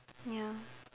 ya